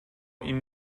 این